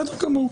בסדר גמור.